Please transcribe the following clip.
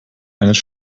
eines